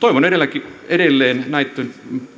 toivon edelleen edelleen näitten